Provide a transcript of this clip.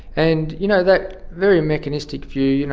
and you know that very mechanistic view, you know,